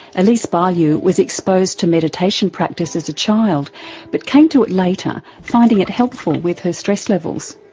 elise bialylew was exposed to mediation practice as a child but came to it later, finding it helpful with her stress levels.